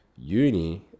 uni